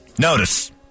Notice